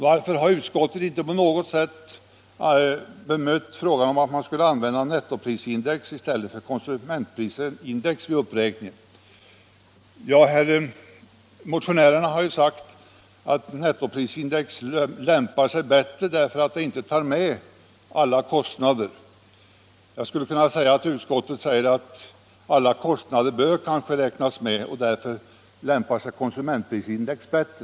Varför har utskottet inte på något sätt bemött förslaget att man skulle använda nettoprisindex i stället för konsumentprisindex vid uppräkningen? Ja, motionärerna säger att nettoprisindex lämpar sig bättre därför att det inte inkluderar alla kostnader. Jag skulle kunna säga att utskottet anser att alla kostnader bör räknas med. Därför lämpar sig konsumentprisindex bättre.